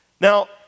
Now